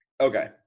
okay